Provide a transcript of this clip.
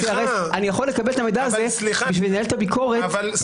סליחה --- בשביל לנהל את הביקורת --- אבל,